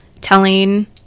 telling